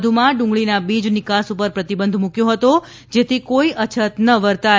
વધુમાં ડુંગળીના બીજ નિકાસ પર પ્રતિબંધ મૂક્યો હતો જેથી કોઇ અછત ન વર્તાય